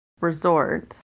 resort